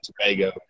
Tobago